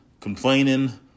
complaining